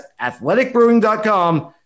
athleticbrewing.com